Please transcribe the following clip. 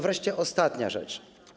Wreszcie ostatnia rzecz.